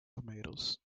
tomatoes